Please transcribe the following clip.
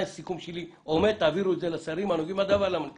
ומבקש שתעבירו את הסיכום שלי לשרים שלכם ולמנכ"לים.